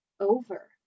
over